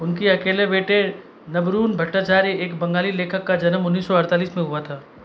उनके अकेले बेटे नबरुन भट्टाचार्य एक बंगाली लेखक का जनम उन्नीस सौ अड़तालीस में हुआ था